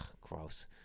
gross